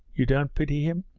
you don't pity him